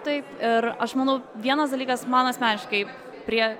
taip ir aš manau vienas dalykas man asmeniškai prie